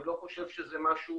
אני לא חושב שזה משהו